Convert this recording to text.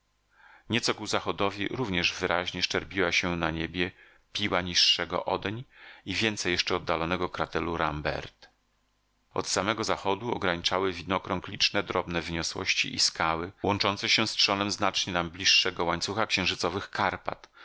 nieco ku zachodowi również wyraźnie szczerbiła się na niebie piła niższego odeń i więcej jeszcze oddalonego krateru lambert od samego zachodu ograniczały widnokrąg liczne drobne wyniosłości i skały łączące się z trzonem znacznie nam bliższego łańcucha księżycowych karpat